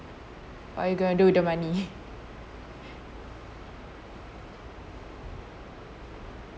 what are you going to do with the money